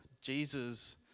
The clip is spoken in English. Jesus